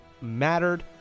mattered